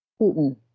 Putin